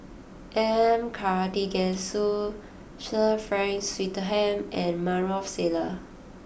M Karthigesu Sir Frank Swettenham and Maarof Salleh